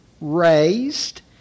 raised